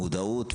מודעות,